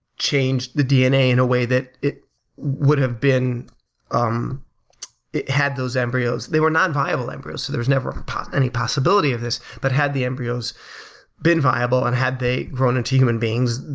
change the dna in a way that it would have been um it had those embryos. they were nonviable embryos, so there's never any possibility of this, but had the embryos been viable and had they grown into human beings,